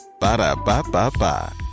Ba-da-ba-ba-ba